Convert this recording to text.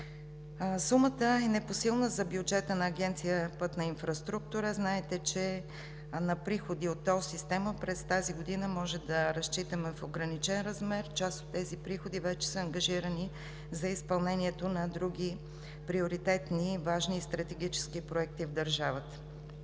Сумата е непосилна за бюджета на Агенция „Пътна инфраструктура“ – знаете, че на приходи от тол система през тази година може да разчитаме в ограничен размер, част от тези приходи вече са ангажирани за изпълнението на други приоритетни, важни и стратегически проекти в държавата.